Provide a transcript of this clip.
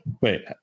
wait